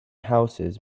houses